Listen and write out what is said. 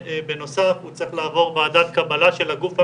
ובנוסף הוא צריך לעבור ועדת קבלה של הגוף המשלח.